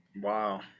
wow